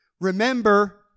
Remember